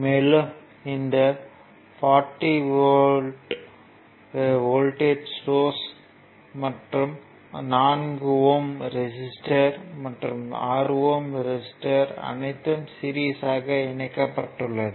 மேலும் இந்த 40 V voltage source மற்றும் 4 ஓம் ரெசிஸ்டர் மற்றும் 6 ஓம் ரெசிஸ்டர் அனைத்தும் சீரிஸ்யாக இணைக்கப்பட்டு உள்ளது